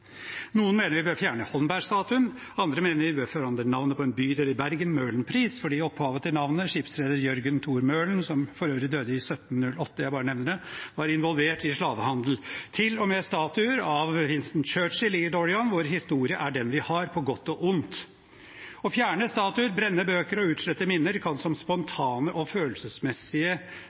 Noen mener vi bør fjerne Holberg-statuen, andre mener vi bør forandre navnet på en bydel i Bergen, Møhlenpris, fordi opphavet til navnet, skipsreder Jørgen Thor Møhlen – som for øvrig døde i 1708, jeg bare nevner det – var involvert i slavehandel. Til og med statuer av Winston Churchill ligger dårlig an. Vår historie er den vi har, på godt og ondt. Å fjerne statuer, brenne bøker og utslette minner kan som spontane og følelsesmessige